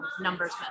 numbers